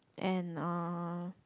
and uh